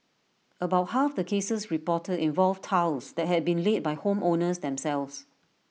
about half the cases reported involved tiles that had been laid by home owners themselves